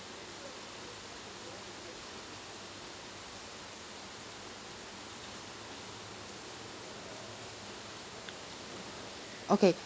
okay